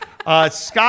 Scott